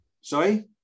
Sorry